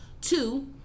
two